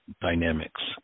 dynamics